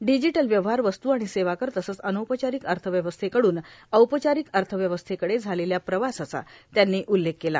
digital व्यवहार वस्तू आणि सेवा कर तसेच अनौपचारिक अर्थव्यवस्थेकडून औपचारिक अर्थव्यवस्थेकडे झालेल्या प्रवासाचा त्यांनी उल्लेख केला